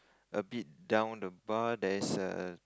a bit down the bar there's a